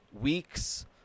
weeks